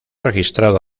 registrado